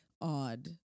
odd